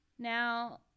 Now